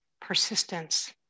persistence